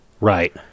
Right